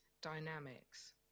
dynamics